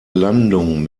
landung